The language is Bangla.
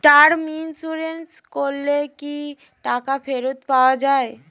টার্ম ইন্সুরেন্স করলে কি টাকা ফেরত পাওয়া যায়?